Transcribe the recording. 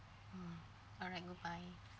alright bye